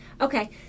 okay